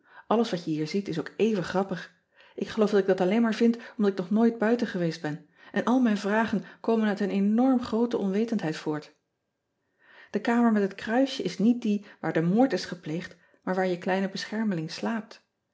lles wat je hier ziet is ook even grappig k geloof dat ik dat alleen maar vied omdat ik nog nooit buiten geweest ben en al mijn vragen komen uit een enorm groote onwetendheid voort e kamer met het kruisje is niet die waar de moord is gepleegd maar waar je kleine beschermeling slaapt